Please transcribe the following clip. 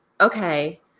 okay